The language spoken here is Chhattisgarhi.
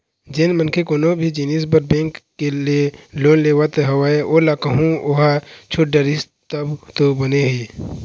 जेन मनखे कोनो भी जिनिस बर बेंक ले लोन लेवत हवय ओला कहूँ ओहा छूट डरिस तब तो बने हे